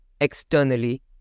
externally